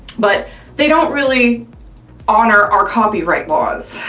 but they don't really honor our copyright laws,